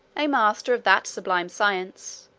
a master of that sublime science,